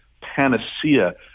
panacea